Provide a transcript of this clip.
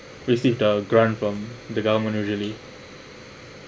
received the grant from the government usually